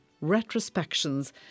Retrospections